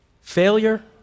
Failure